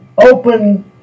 open